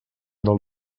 del